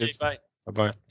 Bye-bye